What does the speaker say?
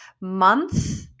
Month